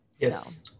Yes